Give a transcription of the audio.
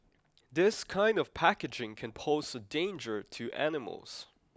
this kind of packaging can pose a danger to animals